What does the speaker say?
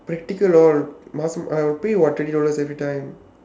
practical all must I will pay what thirty dollars every time